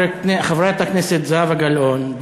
חברת הכנסת זהבה גלאון,